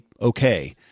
okay